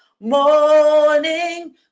morning